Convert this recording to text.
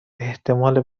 احتمال